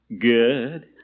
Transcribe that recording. Good